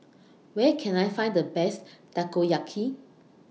Where Can I Find The Best Takoyaki